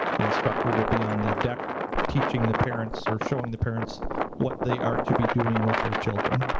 the instructor will be on the deck teaching the parents, or showing the parents what they are to be doing with their children.